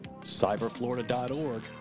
cyberflorida.org